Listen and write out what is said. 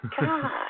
God